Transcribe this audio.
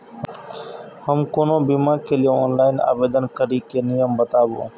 हम कोनो बीमा के लिए ऑनलाइन आवेदन करीके नियम बाताबू?